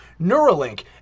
Neuralink